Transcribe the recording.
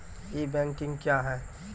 ई banking क्या हैं?